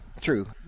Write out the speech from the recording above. true